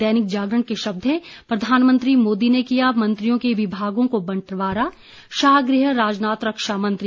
दैनिक जागरण के शब्द हैं प्रधानमंत्री मोदी ने किया मंत्रियों के विभागों को बंटवारा शाह गृह राजनाथ रक्षा मंत्री